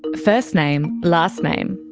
but first name, last name,